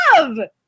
love